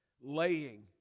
laying